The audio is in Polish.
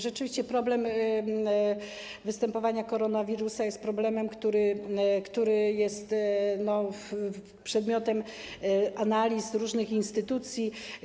Rzeczywiście problem występowania koronawirusa jest problemem, który jest przedmiotem analiz różnych instytucji.